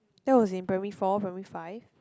that was in primary four primary five